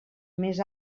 més